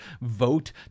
vote